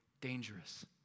dangerous